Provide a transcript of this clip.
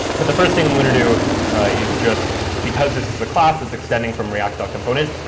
but the first thing we're going to do is, just because this is a class, it's extending from react component,